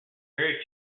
very